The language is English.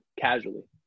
Casually